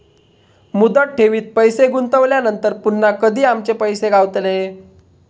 मुदत ठेवीत पैसे गुंतवल्यानंतर पुन्हा कधी आमचे पैसे गावतले?